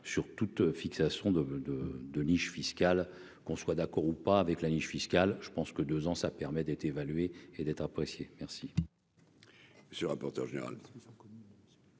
sur toute fixation de de de niches fiscales, qu'on soit d'accord ou pas avec la niche fiscale, je pense que 2 ans, ça permet d'être évalué et d'être apprécié merci. Ce rapporteur général.